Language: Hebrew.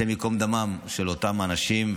השם ייקום דמם של אותם אנשים.